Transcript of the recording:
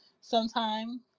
sometime